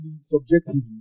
subjectively